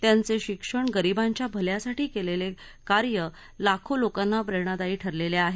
त्यांचे शिक्षण गरीबांच्या भल्यासाठी केलेले कार्य लाखो लोकांना प्रेरणादायी ठरलेले आहे